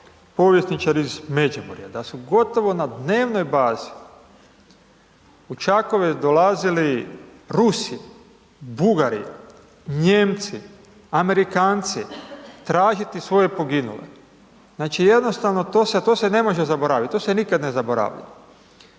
povjesničar iz Međimurja da su gotovo na dnevnoj bazi u Čakovec dolazili Rusi, Bugari, Nijemci, Amerikanci, tražiti svoje poginule. Znači, jednostavno, to se ne može zaboravit, to se nikad ne zaboravlja.